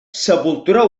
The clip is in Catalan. sepultura